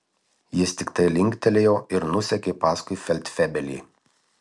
jis tiktai linktelėjo ir nusekė paskui feldfebelį